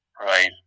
Right